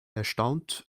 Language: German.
erstaunt